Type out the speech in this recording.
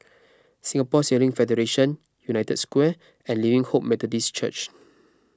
Singapore Sailing Federation United Square and Living Hope Methodist Church